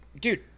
Dude